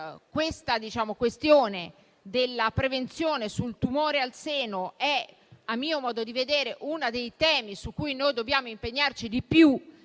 che la questione della prevenzione del tumore al seno è, a mio modo di vedere, uno dei temi su cui noi dobbiamo impegnarci di più